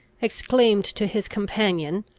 exclaimed to his companion,